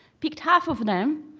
picked half of them,